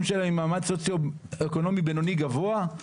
שלהם ממעמד סוציו-אקונומי בינוני-גבוה?